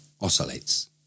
oscillates